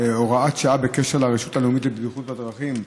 הוראת השעה בעניין הרשות הלאומית לבטיחות בדרכים.